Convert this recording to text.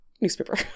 newspaper